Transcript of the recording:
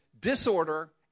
disorder